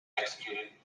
executed